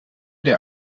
der